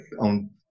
on